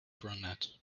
brunette